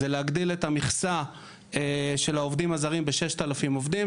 וזה להגדיל את המכסה של העובדים הזרים ב-6,000 עובדים,